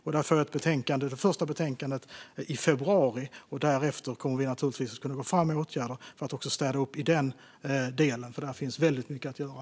Vi får det första betänkandet i februari, och därefter kommer vi att kunna gå fram med åtgärder för att städa upp i den delen. Där finns väldigt mycket att göra.